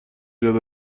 زیاد